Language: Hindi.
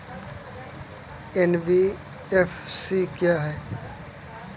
एन.बी.एफ.सी क्या है?